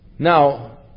Now